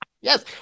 Yes